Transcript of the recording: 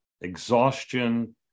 exhaustion